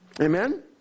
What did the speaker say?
amen